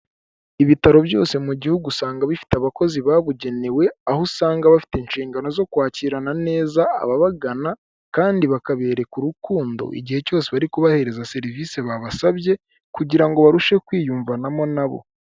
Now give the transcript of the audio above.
Ibitaro byose mu gihugu usanga bifite abakozi babugenewe aho usanga bafite inshingano zo kwakirana neza ababagana, kandi bakabereka urukundo igihe cyose bari kubahereza serivise babasabye kugira ngo barusheho kwiyumvanamo na bo.